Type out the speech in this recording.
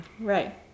right